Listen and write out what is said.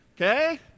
Okay